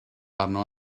arno